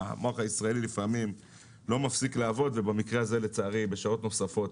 המוח הישראלי לפעמים לא מפסיק לעבוד ובמקרה הזה לצערי עובד שעות נוספות.